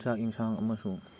ꯆꯥꯛ ꯑꯦꯟꯁꯥꯡ ꯑꯃꯁꯨꯡ